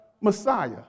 Messiah